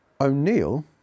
O'Neill